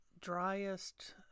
driest